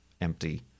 empty